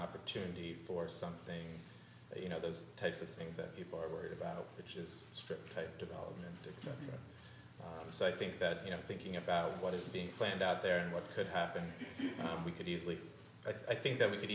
opportunity for something you know those types of things that people are worried about which is script development so i think that you know thinking about what is being planned out there and what could happen we could easily i think that we could